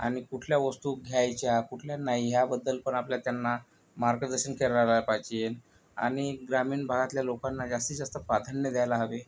आणि कुठल्या वस्तू घ्यायच्या कुठल्या नाही ह्याबद्दल पण आपल्या त्यांना मार्गदर्शन करायला पायजेन आणि ग्रामीण भागातल्या लोकांना जास्तीत जास्त प्राधान्य द्यायला हवे